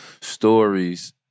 stories